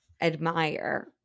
admire